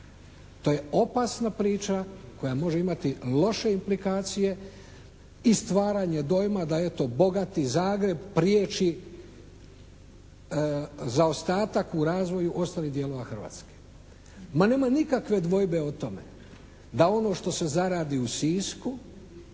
To je opasna priča koja može imati loše implikacije i stvaranje dojma da eto bogati Zagreb priječi zaostatak u razvoju ostalih dijelova Hrvatske. Ma nema nikakve dvojbe o tome da ono što se zaradi u Sisku